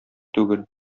түгел